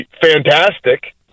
fantastic